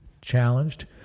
challenged